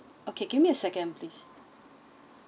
okay give me a second please